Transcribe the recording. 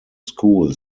school